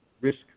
risk